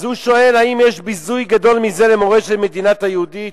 אז הוא שואל: האם יש ביזוי גדול מזה למורשת המדינה היהודית?